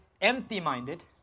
empty-minded